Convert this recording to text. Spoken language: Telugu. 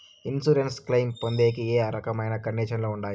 ఇన్సూరెన్సు క్లెయిమ్ పొందేకి ఏ రకమైన కండిషన్లు ఉంటాయి?